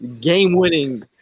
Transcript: game-winning